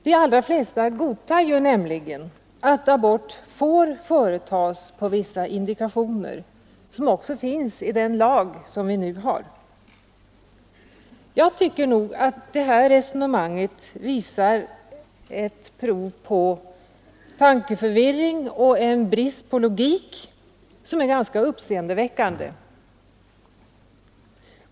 De godtar nämligen att abort får företas på vissa indikationer som också finns i nuvarande lag. Detta resonemang visar enligt min uppfattning en tankeförvirring och en brist på logik som är uppseendeväckande.